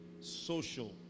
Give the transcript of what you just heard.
social